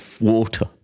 water